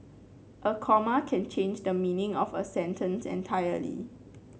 a comma can change the meaning of a sentence entirely